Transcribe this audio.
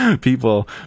people